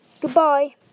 Goodbye